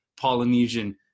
Polynesian